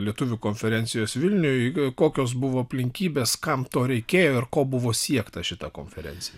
lietuvių konferencijos vilniuj kokios buvo aplinkybės kam to reikėjo ir ko buvo siekta šita konferencija